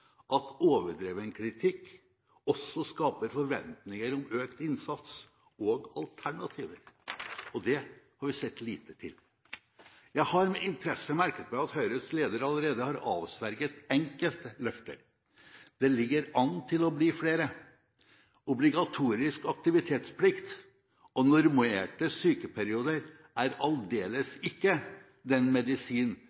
at overdreven kritikk også skaper forventninger om økt innsats og alternativer, og det har vi sett lite til. Jeg har med interesse merket meg at Høyres leder allerede har avsverget enkelte løfter. Det ligger an til å bli flere. Obligatorisk aktivitetsplikt og normerte sykeperioder er